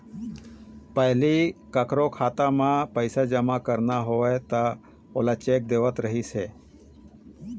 पहिली कखरो खाता म पइसा जमा करना होवय त ओला चेक देवत रहिस हे